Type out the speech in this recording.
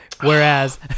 Whereas